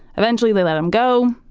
eventually, they let him go,